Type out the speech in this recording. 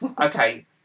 Okay